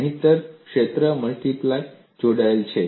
નહિંતર ક્ષેત્ર મલ્ટીપ્લાય જોડાયેલ છે